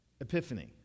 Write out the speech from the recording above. Epiphany